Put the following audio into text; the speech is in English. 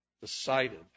decided